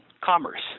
commerce